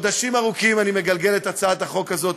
לכן אני קצת מתפלא עליכם,